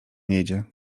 jedzie